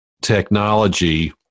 technology